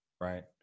right